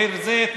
בביר זית,